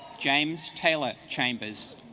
james taylor chambers